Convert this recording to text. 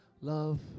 Love